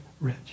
rich